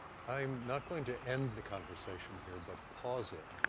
i'm not going to end the conversation here, but pause it,